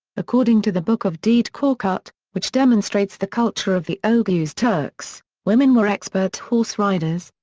according to the book of dede korkut, which demonstrates the culture of the oghuz turks, women were expert horse riders,